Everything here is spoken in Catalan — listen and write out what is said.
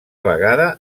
vegada